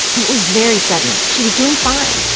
it was very sudden. she was doing fine,